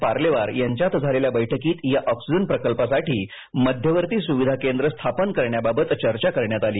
पार्लेवार यांच्यात झालेल्या बैठकीत या ऑक्सिजन प्रकल्पासाठी मध्यवर्ती सुविधा केंद्र स्थापन करण्याबाबत चर्चा करण्यात आली